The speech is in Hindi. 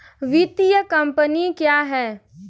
वित्तीय कम्पनी क्या है?